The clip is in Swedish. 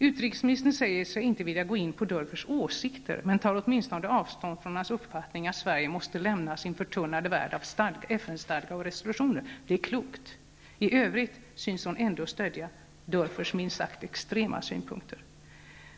Utrikesministern säger sig inte vilja gå in på Dörfers åsikter, men tar åtminstone avstånd från hans uppfattning att Sverige måste lämna sin förtunnade värld av FN-stadga och resolutioner. Det är klokt. I övrigt syns hon ändå stödja Dörfers minst sagt extrema synpunkter.